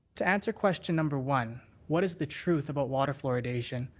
to answer question number one what is the truth about water fluoridation,